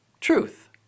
Truth